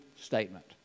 statement